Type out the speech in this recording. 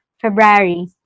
February